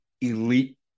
elite